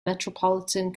metropolitan